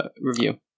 review